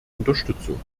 unterstützung